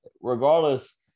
regardless